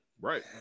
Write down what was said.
Right